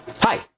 Hi